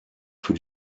für